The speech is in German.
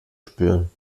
spüren